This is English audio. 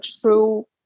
true